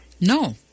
No